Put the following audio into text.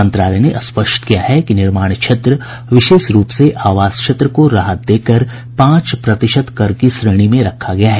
मंत्रालय ने स्पष्ट किया है कि निर्माण क्षेत्र विशेष रूप से आवास क्षेत्र को राहत देकर पांच प्रतिशत कर की श्रेणी में रखा गया है